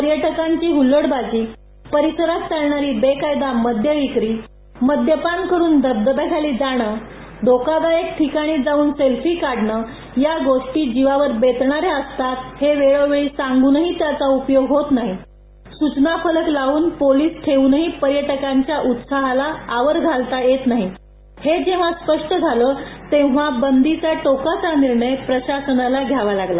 पर्यटकांची हल्लडबाजी परिसरात चालणारी बेकायदा मद्य विक्री मद्यपान करून धबधब्याखाली जाणं धोकादायक ठिकाणी जाऊन सेल्फी काढणं या गोष्टी जिवावर बेतणाऱ्या असतात हे वेळोवेळी सांगूनही त्याचा उपयोग होत नाही सूचना फलक लाऊन पोलीस ठेऊनही पर्यटकांच्या उत्साहाला आवर घालता येत नाही हे जेव्हा स्पष्ट झालं तेव्हा बंदीचा टोकाचा निर्णय प्रशासनाला घ्यावा लागला